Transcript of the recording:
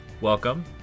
Welcome